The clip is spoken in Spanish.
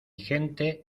gente